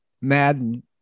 Madden